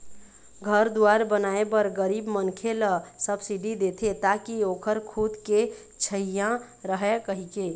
घर दुवार बनाए बर गरीब मनखे ल सब्सिडी देथे ताकि ओखर खुद के छइहाँ रहय कहिके